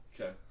Okay